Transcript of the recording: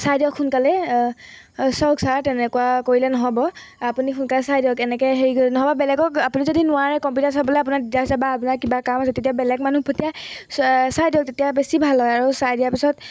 চাই দিয়ক সোনকালে চাওক ছাৰ তেনেকুৱা কৰিলে নহ'ব আপুনি সোনকালে চাই দিয়ক এনেকৈ হেৰি নহ'লেবা বেলেগক আপুনি যদি নোৱাৰে কম্পিউটাৰ চাবলৈ আপোনাৰ দিগদাৰ হৈছে বা আপোনাৰ কিবা কাম আছে তেতিয়া বেলেগ মানুহ পঠিয়াই চাই দিয়ক তেতিয়া বেছি ভাল হয় আৰু চাই দিয়াৰ পিছত